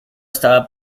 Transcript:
estaba